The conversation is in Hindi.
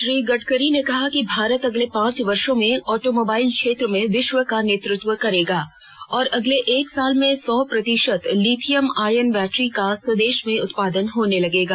श्री गड़करी ने कहा कि भारत अगले पांच वर्षो में ऑटो मोबाइल क्षेत्र में विश्व का नेतृत्व करेगा और अगले एक साल में सौ प्रतिशत लीथियम आयन बैटरी का स्वदेश में उत्पादन होने लगेगा